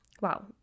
Wow